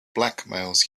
blackmails